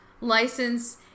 license